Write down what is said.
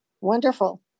Wonderful